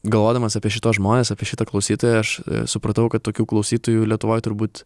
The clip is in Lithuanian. galvodamas apie šituos žmones apie šitą klausytoją aš supratau kad tokių klausytojų lietuvoj turbūt